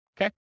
Okay